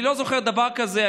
אני לא זוכר דבר כזה.